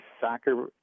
soccer